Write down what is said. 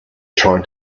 trying